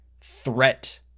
threat